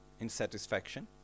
insatisfaction